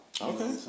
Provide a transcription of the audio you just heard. Okay